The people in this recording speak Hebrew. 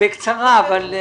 בקצרה אבל.